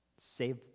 Save